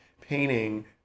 painting